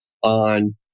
On